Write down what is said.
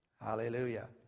Hallelujah